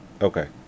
Okay